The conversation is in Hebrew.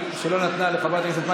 לדיון בוועדת הכנסת כדי שתדון על קידומה